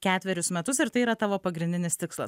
ketverius metus ir tai yra tavo pagrindinis tikslas